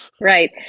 Right